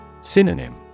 Synonym